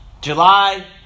July